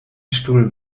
stuhl